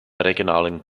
regionalen